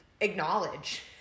acknowledge